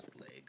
leg